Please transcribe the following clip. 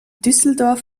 düsseldorf